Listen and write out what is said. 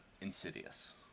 insidious